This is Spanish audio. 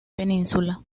península